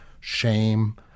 shame